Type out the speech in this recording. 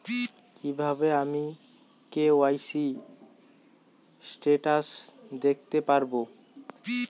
কিভাবে আমি KYC status দেখতে পারবো?